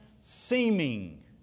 seeming